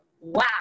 wow